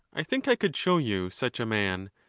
i think i could show you such a man,